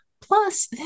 plus